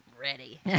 ready